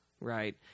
right